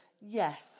yes